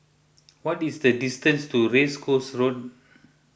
what is the distance to Race Course Road